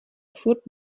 furt